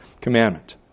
commandment